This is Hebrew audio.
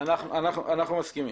המשכן